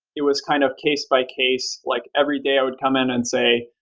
it was kind of case by case. like every day, i would come in and say,